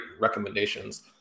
recommendations